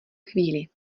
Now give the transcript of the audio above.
chvíli